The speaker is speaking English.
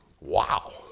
Wow